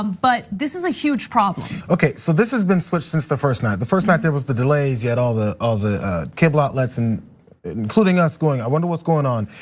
um but this is a huge problem. okay, so this has been switched since the first night, the first night there was the delays at all the other cable outlets and including us going, i wonder what's going on?